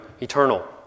eternal